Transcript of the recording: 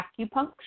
Acupuncture